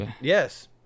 Yes